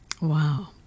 Wow